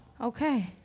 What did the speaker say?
Okay